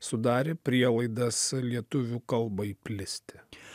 sudarė prielaidas lietuvių kalbai plisti